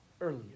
earlier